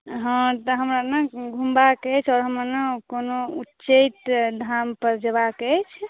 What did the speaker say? हँ तऽ हमरा ने घुमबाक अछि आओर हमर ने कोनो उच्चैठ धाम पर जयबाक अछि